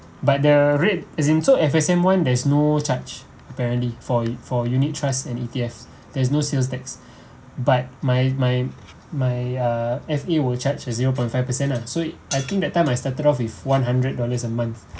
but the rate as in so F_S_M one there is no charge apparently for for unit trusts and E_T_Fs there's no sales tax but my my my uh F_A will charge a zero point five percent lah so it I think that time I started off with one hundred dollars a month